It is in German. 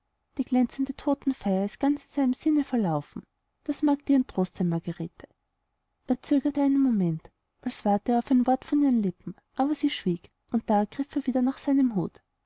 die glänzende totenfeier ist ganz in seinem sinne verlaufen das mag dir ein trost sein margarete er zögerte einen moment als warte er auf ein wort von ihren lippen aber sie schwieg und da griff er wieder nach seinem hut